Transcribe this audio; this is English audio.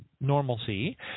normalcy